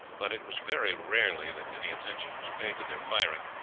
but it was very rarely that any attention was paid to their firing,